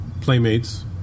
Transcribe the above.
Playmates